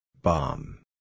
Bomb